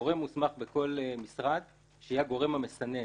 גורם מוסמך בכל משרד, שיהיה הגורם המסנן